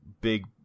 big